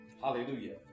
Hallelujah